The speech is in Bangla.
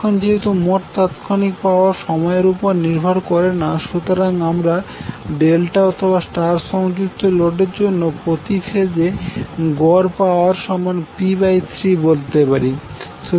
এখন যেহেতু মোট তাৎক্ষণিক পাওয়ার সময়ের উপর নির্ভর করে না সুতরাং আমরা ডেল্টা অথবা স্টার সংযুক্ত লোডের জন্য প্রতি ফেজে গড় পাওয়ার সমান p3বলতে পারি